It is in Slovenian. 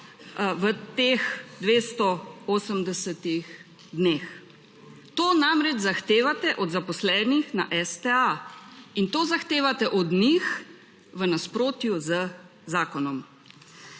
v teh 280. dneh? To namreč zahtevate od zaposlenih na STA in to zahtevate od njih v nasprotju z zakonom.